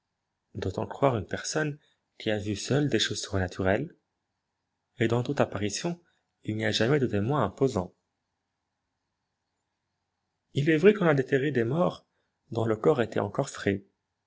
doit-on croire une personne qui a vu seule des choses surnaturelles et dans toutes apparitions il n'y a jamais de témoins imposans il est vrai qu'on a déterré des morts dont le corps était encore frais